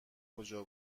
کجا